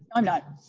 i'm not.